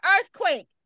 earthquake